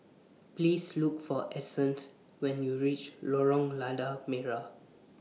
Please Look For Essence when YOU REACH Lorong Lada Merah